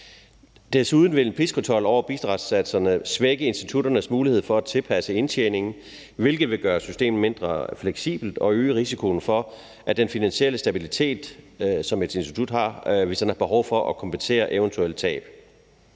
Desuden vil en priskontrol med bidragssatserne svække institutternes mulighed for at tilpasse indtjeningen, hvilket vil gøre systemet mindre fleksibelt og øge risikoen for den finansielle stabilitet, som et institut har, hvis man har behov for at kompensere eventuelle tab.